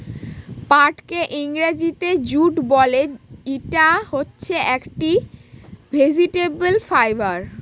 পাটকে ইংরেজিতে জুট বলে, ইটা হচ্ছে একটি ভেজিটেবল ফাইবার